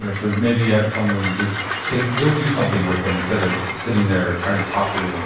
and so maybe you have someone just take, go do something with them instead of sitting there trying to talk to them,